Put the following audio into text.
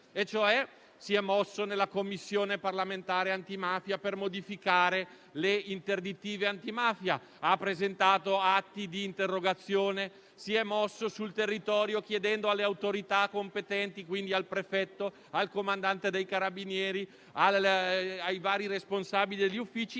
e cioè si è mosso nella Commissione parlamentare antimafia per modificare le interdittive antimafia; ha presentato atti di interrogazione; si è mosso sul territorio chiedendo alle autorità competenti, quindi al prefetto, al comandante dei Carabinieri e ai vari responsabili degli uffici